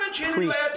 priest